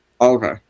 Okay